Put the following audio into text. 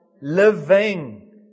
living